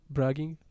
Bragging